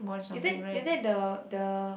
is that is that the the